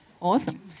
Awesome